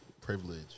privilege